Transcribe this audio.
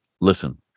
listen